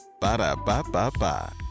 Ba-da-ba-ba-ba